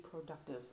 productive